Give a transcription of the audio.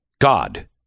God